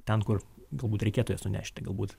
ten kur galbūt reikėtų jas nunešti galbūt